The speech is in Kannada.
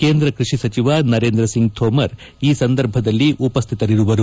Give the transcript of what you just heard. ಕೇಂದ್ರ ಕೃಷಿ ಸಚಿವ ನರೇಂದ್ರ ಸಿಂಗ್ ತೋಮರ್ ಈ ಸಂದರ್ಭದಲ್ಲಿ ಉಪಸ್ಥಿತರಿರುತ್ತಾರೆ